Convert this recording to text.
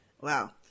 Wow